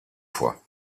fois